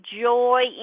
joy